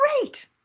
great